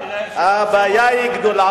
הבעיה גדולה.